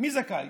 מי זכאי?